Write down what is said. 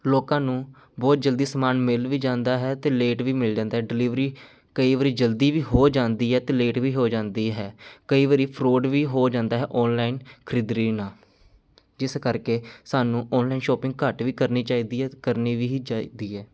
ਲੋਕਾਂ ਨੂੰ ਬਹੁਤ ਜਲਦੀ ਸਮਾਨ ਮਿਲ ਵੀ ਜਾਂਦਾ ਹੈ ਅਤੇ ਲੇਟ ਵੀ ਮਿਲ ਜਾਂਦਾ ਹੈ ਡਿਲਵਰੀ ਕਈ ਵਾਰੀ ਜਲਦੀ ਵੀ ਹੋ ਜਾਂਦੀ ਹੈ ਅਤੇ ਲੇਟ ਵੀ ਹੋ ਜਾਂਦੀ ਹੈ ਕਈ ਵਾਰੀ ਫਰੌਡ ਵੀ ਹੋ ਜਾਂਦਾ ਹੈ ਔਨਲਾਈਨ ਖਰੀਦਦਾਰੀ ਨਾਲ ਜਿਸ ਕਰਕੇ ਸਾਨੂੰ ਔਨਲਾਈਨ ਸ਼ੌਪਿੰਗ ਘੱਟ ਵੀ ਕਰਨੀ ਚਾਹੀਦੀ ਹੈ ਅਤੇ ਕਰਨੀ ਵੀ ਹੀ ਚਾਹੀਦੀ ਹੈ